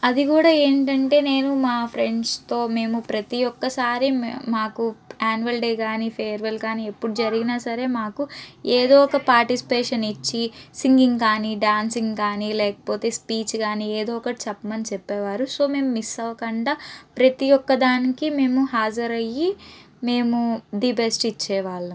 అది కూడా ఏంటంటే నేను మా ఫ్రెండ్స్తో మేము ప్రతీ ఒకసారి మే మాకు ఆన్యువల్ డే కానీ ఫేర్వెల్ కానీ ఎప్పుడు జరిగిన సరే మాకు ఏదో ఒక పార్టిసిపేషన్ ఇచ్చి సింగింగ్ కానీ డ్యాన్సింగ్ కానీ లేకపోతే స్పీచ్ కానీ ఏదో ఒకటి చెప్పమని చెప్పేవారు సో మేము మిస్ అవ్వకుండా ప్రతీ ఒక్క దానికి మేము హాజరు అయ్యి మేము ది బెస్ట్ ఇచ్చే వాళ్ళం